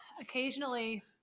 Occasionally